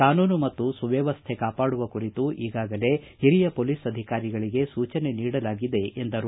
ಕಾನೂನು ಮತ್ತು ಸುವ್ತವಸ್ಥೆ ಕಾಪಾಡುವ ಕುರಿತು ಈಗಾಗಲೇ ಹಿರಿಯ ಪೊಲೀಸ್ ಅಧಿಕಾರಿಗಳಿಗೆ ಸೂಚನೆ ನೀಡಲಾಗಿದೆ ಎಂದರು